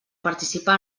participar